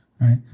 right